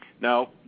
Now